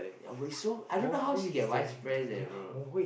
ya but it's so I don't know how she get vice pres eh bro